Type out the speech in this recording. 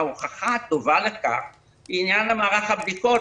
ההוכחה הטובה לכך היא עניין מערך הבדיקות.